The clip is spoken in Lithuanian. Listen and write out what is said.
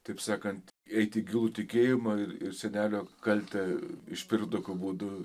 taip sakant eiti į gilų tikėjimą ir ir senelio kaltę išpirkt tokiu būdu